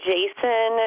Jason